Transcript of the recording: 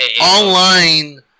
online